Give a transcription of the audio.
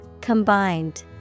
Combined